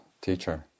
teacher